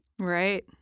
Right